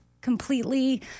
completely